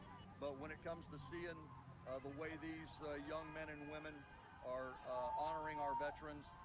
but when it comes to seeing the way these young men and women are honoring our veterans,